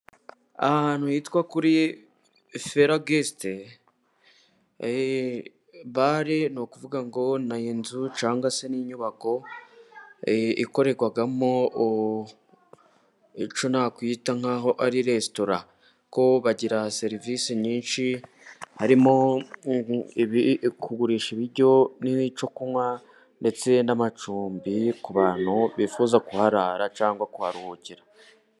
Ahantu hitwa kuri fera gesite bare, n'ukuvuga ngo n'inzu cyangwa se n'inyubako ikorerwamo icyo nakwita nk'aho ari resitora, ko bagira serivisi nyinshi harimo kugurisha ibiryo n'icyo kunywa, ndetse n'amacumbi ku bantu bifuza kuharara cyangwa kuharuhukira.